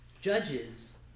judges